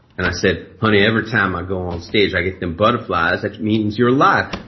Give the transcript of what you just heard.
and i said, honey every time i go on stage i get them butterflies, that means you're alive.